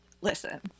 Listen